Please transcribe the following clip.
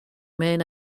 main